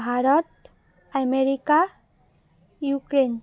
Bharat America Ukraine